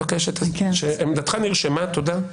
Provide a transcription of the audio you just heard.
עמדתך נרשמה, תודה.